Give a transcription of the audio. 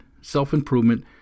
self-improvement